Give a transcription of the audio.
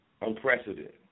unprecedented